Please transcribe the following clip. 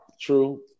true